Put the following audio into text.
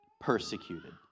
persecuted